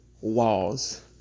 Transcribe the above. walls